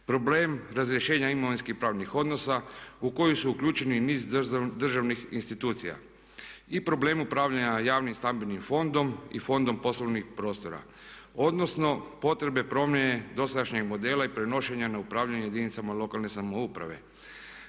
Problem razrješenja imovinsko pravnih odnosa u kojoj su uključeni niz državnih institucija i problem upravljanja javnim stambenim fondom i fondom poslovnih prostora odnosno potrebe promjene dosadašnjeg modela i prenošenja na upravljanje jedinicama lokalne samouprave,